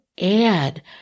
add